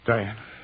Diane